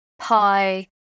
pie